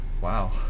wow